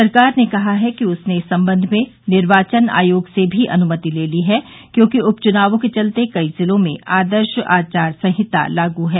सरकार ने कहा है कि उसने इस संबंध में निर्वाचन आयोग से भी अनुमति ले ली है क्योंकि उपचुनावों के चलते कई जिलों में आदर्श आचार संहिता लागू है